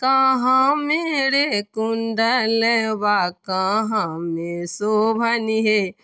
कहाँमे रे कुण्डलबा कहाँमे शोभनि हे